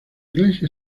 iglesia